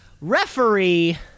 referee